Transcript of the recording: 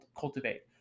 cultivate